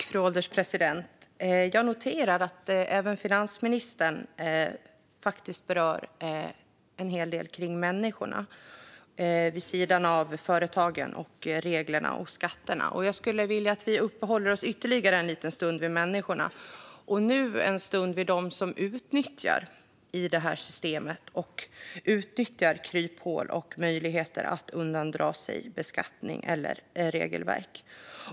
Fru ålderspresident! Jag noterar att även finansministern berör en hel del om människorna vid sidan av företagen, reglerna och skatterna. Jag skulle vilja att vi uppehåller oss ytterligare en liten stund vid människorna, nämligen dem som utnyttjar kryphål i systemet och regelverken för att undandra sig beskattning.